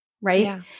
right